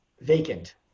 vacant